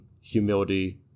humility